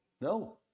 no